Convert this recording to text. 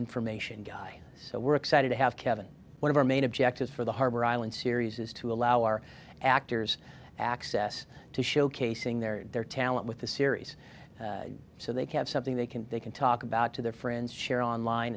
information guy so we're excited to have kevin one of our main objectives for the harbor island series is to allow our actors access to showcasing their their talent with the series so they can something they can they can talk about to their friends share online